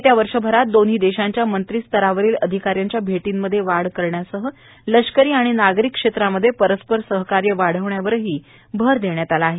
येत्या वर्षभरात दोव्ही देशांच्या मंत्रिस्तरावरील अधिकाऱ्यांच्या भेर्टीमध्ये वाढ करण्यासह लष्करी आणि नागरी क्षेत्रामध्ये परस्पर सहकार्य वाढवण्यावरही भर देण्यात आला आहे